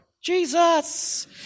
Jesus